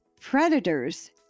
Predators